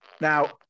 Now